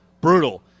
Brutal